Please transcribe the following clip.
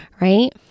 right